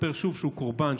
מספר שוב שהוא קורבן,